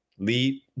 Lead